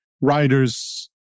writers